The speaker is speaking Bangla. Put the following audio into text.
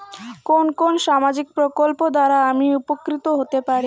কোন কোন সামাজিক প্রকল্প দ্বারা আমি উপকৃত হতে পারি?